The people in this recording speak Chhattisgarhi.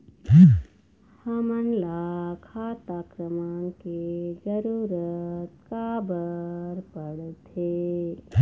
हमन ला खाता क्रमांक के जरूरत का बर पड़थे?